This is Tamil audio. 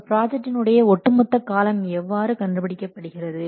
ஒரு ப்ராஜெக்டின் உடைய ஒட்டுமொத்த காலம் எவ்வாறு கண்டுபிடிக்கப்படுகிறது